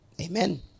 Amen